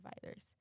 providers